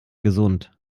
gesund